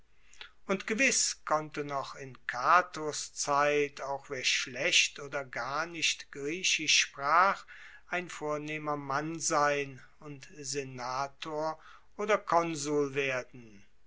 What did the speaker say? und gewiss konnte noch in catos zeit auch wer schlecht oder gar nicht griechisch sprach ein vornehmer mann sein und senator oder konsul werden